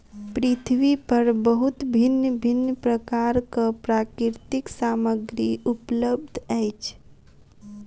पृथ्वी पर बहुत भिन्न भिन्न प्रकारक प्राकृतिक सामग्री उपलब्ध अछि